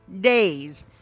days